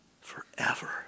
forever